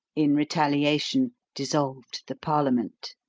in retaliation, dissolved the parliament.